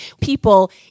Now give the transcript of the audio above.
people